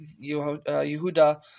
Yehuda